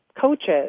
coaches